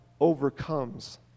overcomes